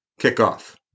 Kickoff